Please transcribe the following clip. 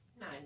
No